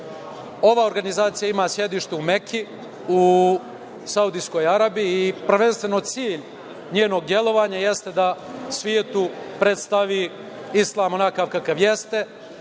organizacija ima sedište u Meki, u Saudijskoj Arabiji i prvenstveno cilj njenog delovanja jeste da svetu predstavi islam onakav kakav jeste